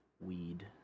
weed